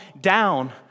down